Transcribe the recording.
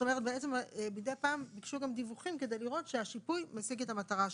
בעצם מידי פעם ביקשו גם דיווחים כדי לראות שהשיפוי משיג את המטרה שלו.